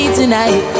tonight